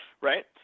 Right